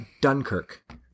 Dunkirk